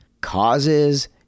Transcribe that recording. causes